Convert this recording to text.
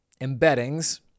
embeddings